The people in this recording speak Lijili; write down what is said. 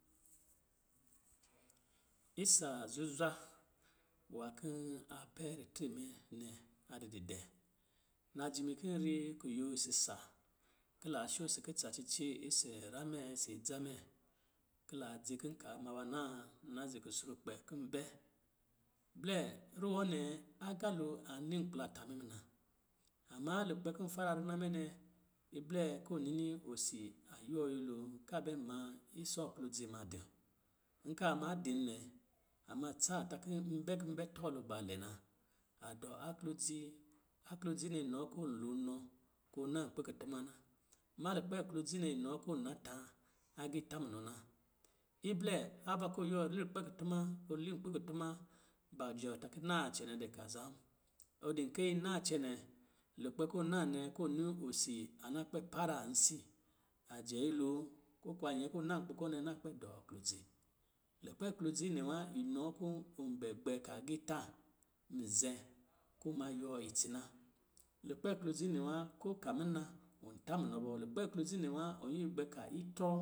Isa zuzwa nwā kɔ̄ a bɛ ritre mɛ nɛ, a di didɛ̄, najimi kɔ̄ n ri kuyo sisa, ki la sho si kutsa cici isi ra mɛ isi dza mɛ, kila dzi ki kaa ma ba naa na zi kusrukpɛ, kɔ̄ bɛ, blɛ ruwɔ̄ nɛ, agalo a ni ngblata mɛ muna. Amma, lukpɛ kɔ̄ tara rina mɛ nɛ, di blɛ ko ɔ nini osi a yuwɔ nyɛlo ka bɛ ma isɔ aklodzi ma di. Nka a ma din nɛ, a ma tsaa ta kɔ̄ n bɛ kɔ̄ bɛ tɔlugba lɛ na. A dɔ aklodzi, aklodzi nɛ inɔ kɔ̄ɔ lo nnɔ ko ɔ na nkpɔ̄ kutuma na. Amma lukpɛ klodzi nɛ inɔ kɔ̄ na la agiitā munɔ na. Iblɛ ava kɔ̄ ɔ lukpɛ kutuma, ɔ li nkpi kutuma, ban jɔɔ ta kɔ̄ naa cɛnɛ dɛ kaza, ɔ dɔ kɛyi naa cɛnɛ, lukpɛ kɔ naa nɛ kɔ̄ nuu osi a na kpɛ paransi, ajɛ nyɛlo, ko kuwa nyɛ kɔ̄ ɔ na nkpi kɔ̄ nɛ, na kpɛ dɔ klodzi. Lukpɛ klodzi nɛ wa, inɔ kɔ̄ ɔn gbɛ ka agiitā mizhɛ kɔ ma yuwɔ itsi na. Lukpɛ klodzi nɛ wa. Ko ka muna, wɔ ta munɔ bɔ, lukpɛ klodzi nɛ wa, wɔ iyi gbɛ ka itrɔ